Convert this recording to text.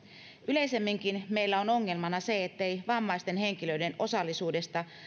yleisemminkin meillä on ongelmana se ettei vammaisten henkilöiden osallisuudesta